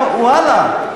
ואללה,